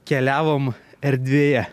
keliavom erdvėje